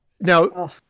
Now